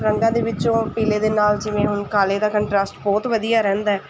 ਰੰਗਾਂ ਦੇ ਵਿੱਚੋਂ ਪੀਲੇ ਦੇ ਨਾਲ ਜਿਵੇਂ ਹੁਣ ਕਾਲੇ ਦਾ ਕੰਟਰਾਸਟ ਬਹੁਤ ਵਧੀਆ ਰਹਿੰਦਾ